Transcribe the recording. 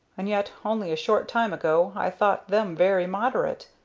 and yet only a short time ago i thought them very moderate.